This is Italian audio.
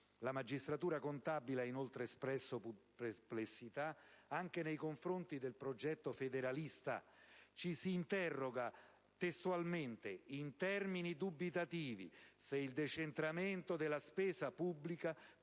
La magistratura contabile ha inoltre espresso perplessità anche nei confronti del progetto federalista. Ci si interroga - cito testualmente - in termini dubitativi se il decentramento della spesa pubblica